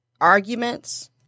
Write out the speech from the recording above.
arguments